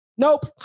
Nope